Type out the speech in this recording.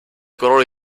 colori